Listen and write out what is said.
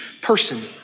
person